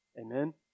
Amen